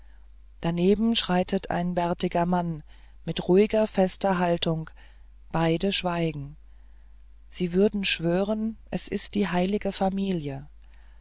daneben schreitet ein bärtiger mann in ruhiger fester haltung beide schweigen sie würden schwören es ist die heilige familie